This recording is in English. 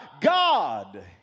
God